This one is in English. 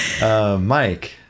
Mike